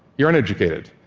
you're uneducated,